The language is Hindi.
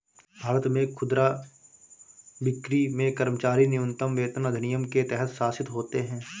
भारत में खुदरा बिक्री में कर्मचारी न्यूनतम वेतन अधिनियम के तहत शासित होते है